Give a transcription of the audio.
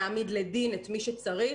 להעמיד לדין את מי שצריך.